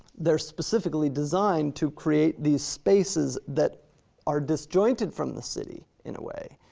they're specifically designed to create these spaces that are disjointed from the city in a way,